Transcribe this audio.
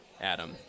Adam